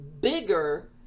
bigger